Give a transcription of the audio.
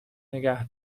نیگه